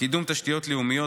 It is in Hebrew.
קידום תשתיות לאומיות,